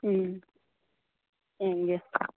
ꯎꯝ ꯌꯦꯡꯒꯦ